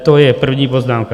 To je první poznámka.